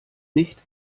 nicht